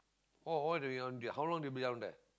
oh all the way do~ how long you be down there